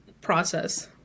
process